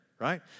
right